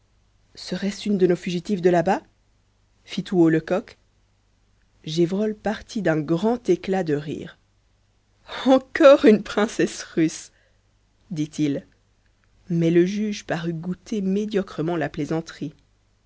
serait-ce une de nos fugitives de là-bas fit tout haut lecoq gévrol partit d'un grand éclat de rire encore une princesse russe dit-il mais le juge parut goûter médiocrement la plaisanterie